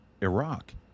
Iraq